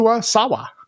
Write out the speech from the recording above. Sawa